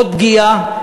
עוד פגיעה